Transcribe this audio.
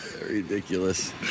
ridiculous